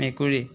মেকুৰী